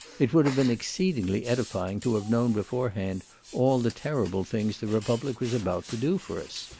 it would have been exceedingly edifying to have known beforehand all the terrible things the republic was about to do for us.